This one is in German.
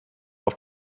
auf